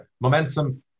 momentum